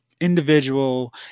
individual